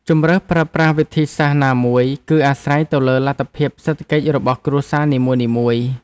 ជម្រើសប្រើប្រាស់វិធីសាស្ត្រណាមួយ គឺអាស្រ័យទៅលើលទ្ធភាពសេដ្ឋកិច្ចរបស់គ្រួសារនីមួយៗ។